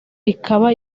ikaba